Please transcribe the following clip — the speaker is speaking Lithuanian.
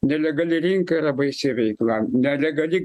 nelegali rinka yra baisi veikla nelegali